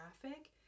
traffic